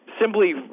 simply